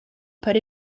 put